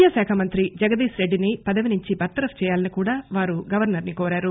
విద్యా శాఖ మంత్రి జగదీశ్ రెడ్డిని పదవి నుంచి బర్తరఫ్ చేయాలని కూడా వారు గవర్నర్ ను కోరారు